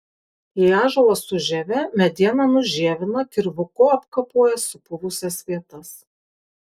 jei ąžuolas su žieve medieną nužievina kirvuku apkapoja supuvusias vietas